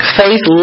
faith